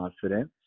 confidence